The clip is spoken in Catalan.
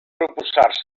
proposar